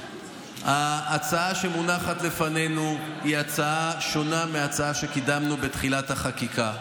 ההצעה שמונחת לפנינו היא הצעה שונה מההצעה שקידמנו בתחילת החקיקה,